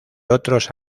otros